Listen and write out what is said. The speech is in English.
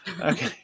okay